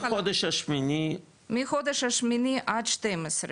מחודש השמיני --- מחודש השמיני עד 12,